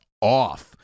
off